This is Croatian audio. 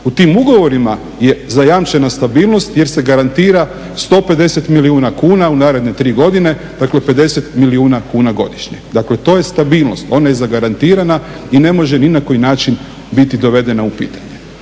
U tim ugovorima je zajamčena stabilnost jer se garantira 150 milijuna kuna u naredne 3 godine, dakle 50 milijuna kuna godišnje. Dakle to je stabilnost, ona je zagarantirana i ne može ni na koji način biti dovedena u pitanje.